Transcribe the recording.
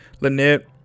Lynette